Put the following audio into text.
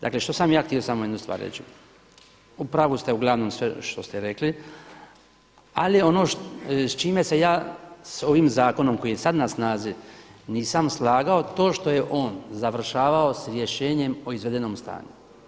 Dakle, što sam ja htio jednu stvar reći, u pravu ste uglavnom sve što ste rekli, ali ono s čime se ja s ovim zakonom koji je sada na snazi nisam slagao to što je on završavao s rješenjem o izvedenom stanju.